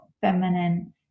feminine